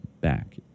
back